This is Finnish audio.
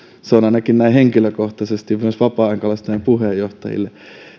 se on ainakin näin henkilökohtaisesti myös meille vapaa ajankalastajien puheenjohtajille